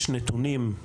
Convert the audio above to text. יש נתונים.